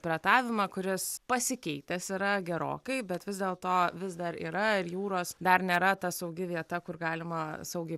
piratavimą kuris pasikeitęs yra gerokai bet vis dėlto vis dar yra ir jūros dar nėra ta saugi vieta kur galima saugiai